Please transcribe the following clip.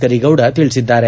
ಕರೀಗೌಡ ತಿಳಿಸಿದ್ದಾರೆ